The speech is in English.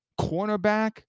Cornerback